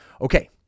Okay